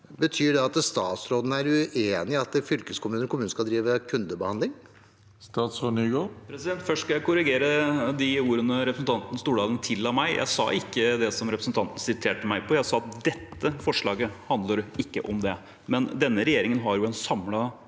Betyr det at statsråden er uenig i at fylkeskommuner og kommuner skal drive med kundebehandling? Statsråd Jon-Ivar Nygård Først skal jeg korrigere de ordene representanten Stordalen tilla meg. Jeg sa ikke det representanten siterte meg på, jeg sa at dette forslaget ikke handler om det. Men denne regjeringen har jo en samlet politikk